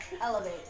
Elevate